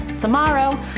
tomorrow